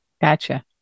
Gotcha